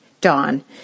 Dawn